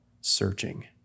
searching